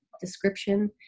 description